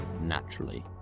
naturally